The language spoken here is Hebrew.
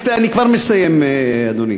אני כבר מסיים, אדוני.